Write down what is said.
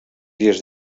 dies